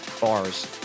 Bars